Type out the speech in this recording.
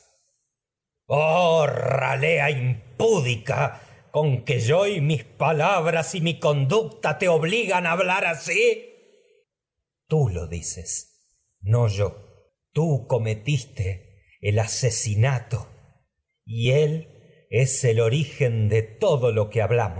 desvergüenzas ralea impúdica conque yo y oh mis palabras y mi conducta te obligan a hablar asi tú lo electra dices no yo tú cometiste el ase sinato y él es el origen de todo lo que hablamos